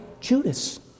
Judas